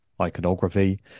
iconography